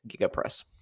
GigaPress